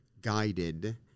guided